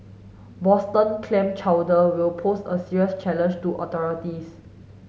Boston clam chowder will pose a serious challenge to authorities